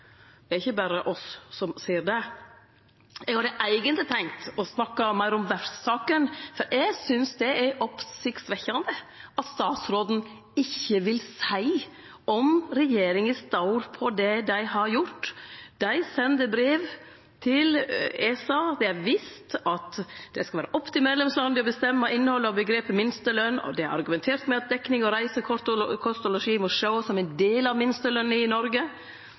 Det er ikkje berre me som ser det. Eg hadde eigentleg tenkt å snakke meir om verftsaka, for eg synest det er oppsiktsvekkjande at statsråden ikkje vil seie om regjeringa står ved det dei har gjort. Dei sende brev til ESA, det er vist til at det skal vere opp til medlemslanda å bestemme innhaldet av omgrepet «minsteløn», og det er argumentert med at dekning av reise, kost og losji må sjåast som ein del av minsteløna i Noreg.